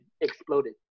exploded